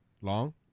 long